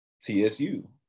TSU